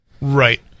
Right